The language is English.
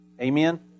Amen